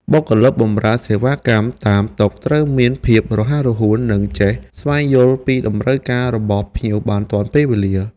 បុគ្គលិកបម្រើសេវាកម្មតាមតុត្រូវមានភាពរហ័សរហួន និងចេះស្វែងយល់ពីតម្រូវការរបស់ភ្ញៀវបានទាន់ពេលវេលា។